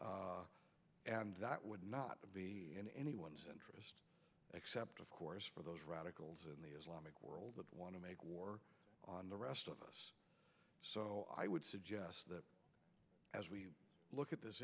people and that would not be in anyone's interest except of course for those radicals in the islamic world that want to make war on the rest of us so i would suggest that as we look at this